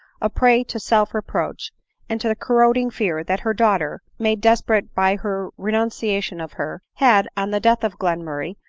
a prey to self-reproach, and to the corroding fear that her daughter, made desperate by her renuncia tion of her, had, on the death of glenmurray,